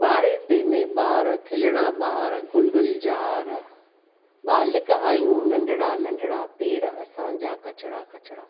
ॿारहे ते में ॿार खिलणा ॿार गुल गुलजार बालिक आहियूं नंढड़ा नंढड़ा पेर असांजा कछ्ड़ा कछड़ा